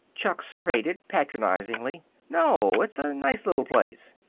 chuck surveyed it, patronizingly. no, it's a nice little place.